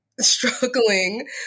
struggling